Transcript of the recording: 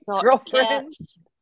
girlfriends